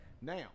Now